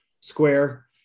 square